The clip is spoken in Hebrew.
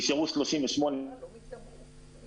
נשארו 38 שבטיפול.